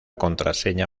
contraseña